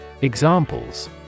Examples